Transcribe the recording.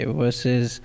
versus